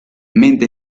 mente